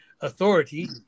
authority